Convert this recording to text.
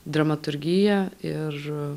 dramaturgija ir